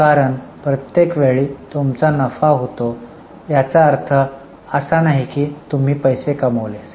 कारण प्रत्येक वेळी तुमचा नफा होतो याचा अर्थ असा नाही की तुम्ही पैसे कमविले